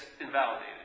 invalidated